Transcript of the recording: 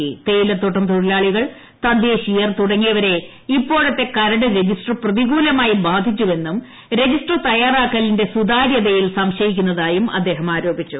ത്രേയിലത്തോട്ടം തൊഴിലാളികൾ തദ്ദേശിയർ തുടങ്ങിയവരെ ഇപ്പോഴത്തെ കരട് രജിസ്റ്റർ പ്രതികൂലമായി ബാധിച്ചുവെന്നും രജിസ്റ്റർ തയ്യാറാക്കലിന്റെ സുതാര്യതയിൽ സംശയിക്കുന്നതായും അദ്ദേഹം ആരോപിച്ചു